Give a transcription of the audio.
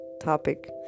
topic